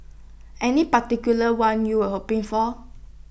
any particular one you were hoping for